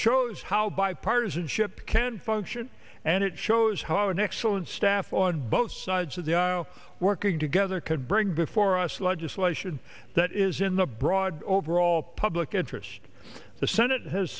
shows how bipartisanship can function and it shows how an excellent staff on both sides of the aisle working together could bring before us legislation that is in the broad overall public interest the senate has